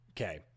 Okay